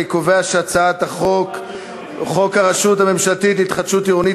אני קובע שהצעת חוק הרשות הממשלתית להתחדשות עירונית,